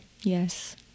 Yes